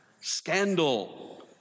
Scandal